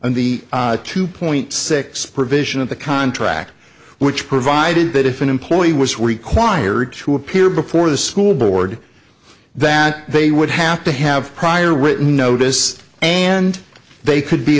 the two point six provision of the contract which provided that if an employee was required to appear before the school board that they would have to have prior written notice and they could be